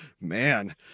Man